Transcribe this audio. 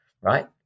right